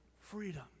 freedom